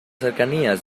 cercanías